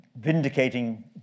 vindicating